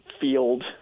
field